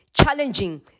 challenging